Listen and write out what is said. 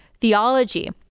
theology